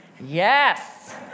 Yes